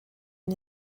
une